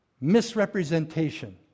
misrepresentation